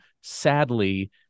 sadly